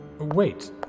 Wait